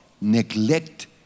neglect